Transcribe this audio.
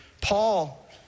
Paul